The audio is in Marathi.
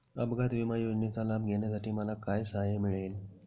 अपघात विमा योजनेचा लाभ घेण्यासाठी मला काय सहाय्य मिळेल?